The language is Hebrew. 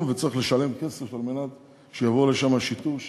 וצריך לשלם כסף על מנת שיבוא לשם שיטור.